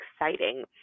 exciting